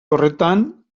horretan